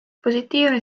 positiivne